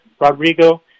Rodrigo